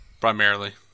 Primarily